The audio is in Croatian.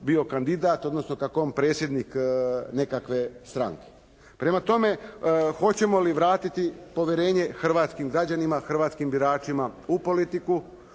bio kandidat, odnosno kako je on predsjednik nekakve stranke. Prema tome hoćemo li vratiti povjerenje hrvatskim građanima, hrvatskim biračima u politiku,